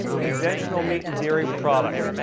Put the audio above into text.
conventional meat and dairy products,